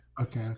Okay